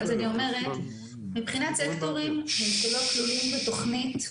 מבחינת סקטורים שלא כלולים בתוכנית,